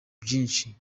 vyinshi